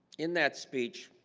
in that speech